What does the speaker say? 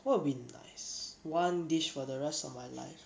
what would be nice one dish for the rest of my life